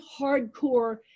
hardcore